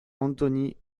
anthony